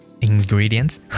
ingredients